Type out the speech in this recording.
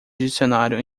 dicionário